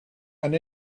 and